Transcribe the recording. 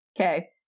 Okay